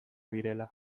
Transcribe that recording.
direla